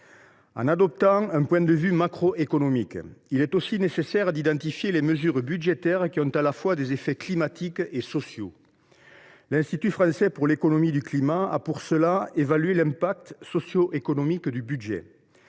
En adoptant un point de vue plus macroéconomique, il est aussi nécessaire d’identifier les mesures budgétaires qui ont à la fois des effets climatiques et sociaux. L’Institut de l’économie pour le climat (I4CE) a pour cela évalué l’impact socioéconomique du budget.